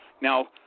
Now